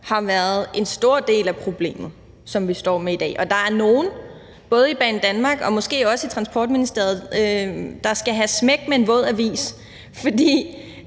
har været en stor del af problemet, som vi står med i dag. Der er nogle, både i Banedanmark og måske også i Transportministeriet, der skal have smæk med en våd avis, for